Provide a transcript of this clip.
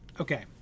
Okay